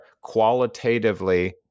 qualitatively